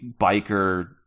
biker